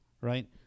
right